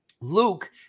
Luke